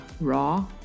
raw